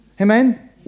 Amen